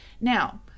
Now